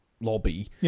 lobby